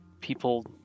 people